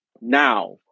now